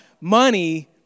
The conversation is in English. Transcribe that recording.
money